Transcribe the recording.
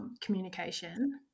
communication